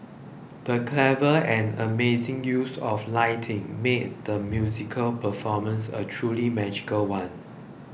the clever and amazing use of lighting made the musical performance a truly magical one